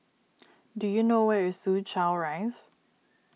do you know where is Soo Chow Rise